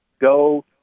go